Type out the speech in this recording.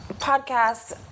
podcasts